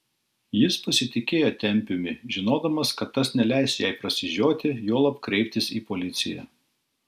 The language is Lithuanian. jis pasitikėjo tempiumi žinodamas kad tas neleis jai prasižioti juolab kreiptis į policiją